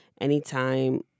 anytime